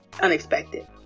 unexpected